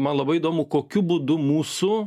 man labai įdomu kokiu būdu mūsų